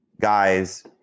guys